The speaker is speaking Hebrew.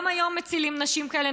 גם היום מצילים נשים כאלה,